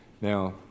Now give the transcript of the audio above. Now